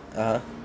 (uh huh)